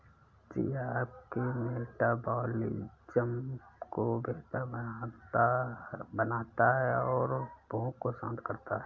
chia आपके metabolism को बेहतर बनाता है और भूख को शांत करता है